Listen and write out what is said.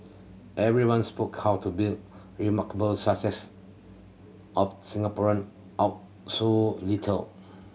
everyone spoke how to built remarkable success of Singaporean out so little